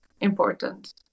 important